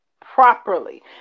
properly